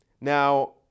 Now